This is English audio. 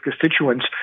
constituents